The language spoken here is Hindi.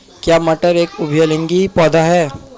क्या मटर एक उभयलिंगी पौधा है?